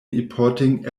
importing